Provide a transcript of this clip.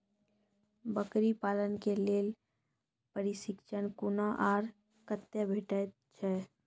बकरी पालन के लेल प्रशिक्षण कूना आर कते भेटैत छै?